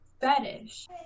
fetish